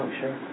sure